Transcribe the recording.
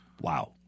Wow